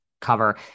cover